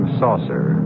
saucer